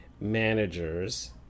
managers